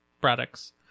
products